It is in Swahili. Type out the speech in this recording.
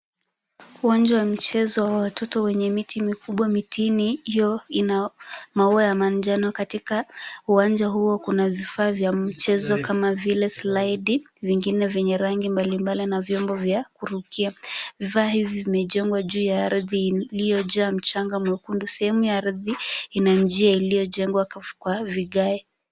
Uwanja wa michezo wa watoto wenye miti mikubwa, mitini hiyo ina maua ya manjano. Katika uwanja huo kuna vifaa vya mchezo kama vile slide , vingine vyenye rangi mbalimbali na vyombo vya kurukia. Vifaa hivi vimejengwa juu ya ardhi iliyojaa mchanga mwekundu. Sehemu ya ardhi ina njia iliyojengwa kwa vigae.